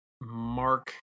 Mark